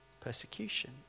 Persecution